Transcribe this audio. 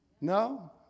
No